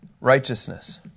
Righteousness